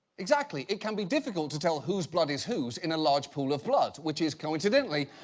exactly, it can be difficult to tell whose blood is whose, in a large pool of blood, which is coincidentally,